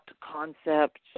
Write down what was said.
concept